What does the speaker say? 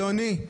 אדוני,